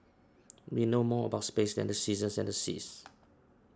we know more about space than the seasons and the seas